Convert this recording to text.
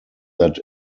that